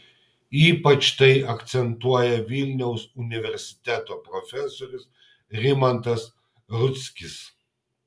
ypač tai akcentuoja vilniaus universiteto profesorius rimantas rudzkis